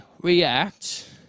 react